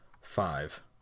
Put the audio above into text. five